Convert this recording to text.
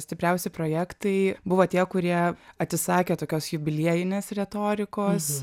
stipriausi projektai buvo tie kurie atsisakė tokios jubiliejinės retorikos